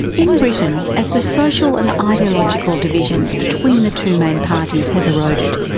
in britain as the social and ideological divisions between the two main parties has eroded,